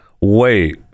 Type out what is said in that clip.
Wait